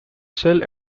cell